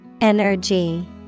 Energy